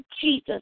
Jesus